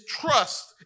trust